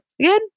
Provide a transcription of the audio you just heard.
Again